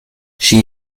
she